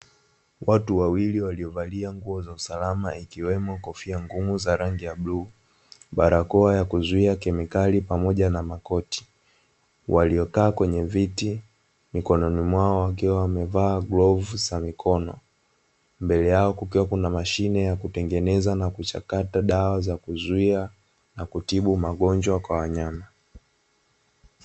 Watu wawili waliovalia nguo za usalama ikiwemo kofia ngumu za rangi ya bluu, barakoa ya kuzuia kemikali pamoja na makoti. Waliokaa kwenye viti mikononi mwao wakiwa wamevaa glovu za mikono, mbele yao kukiwa na mashine ya kutengeneza na kuchakata dawa za kuzuia na kutibu magonjwa kwa wanyama.